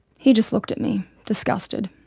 he just looked at me, disgusted.